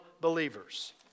believers